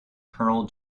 colonel